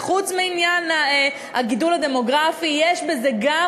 שחוץ מעניין הגידול הדמוגרפי יש בזה גם